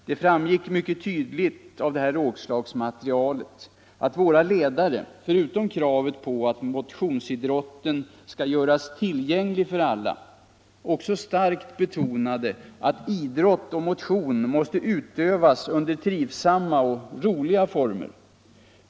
Det framgick mycket tydligt av dessa rådslagsmaterial att våra ledare förutom att de krävde att motionsidrotten skall göras tillgänglig för alla också starkt betonade att idrott och motion måste utövas under trivsamma och roliga former.